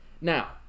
Now